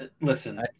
listen